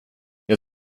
jag